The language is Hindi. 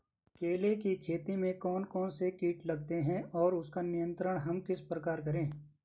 केले की खेती में कौन कौन से कीट लगते हैं और उसका नियंत्रण हम किस प्रकार करें?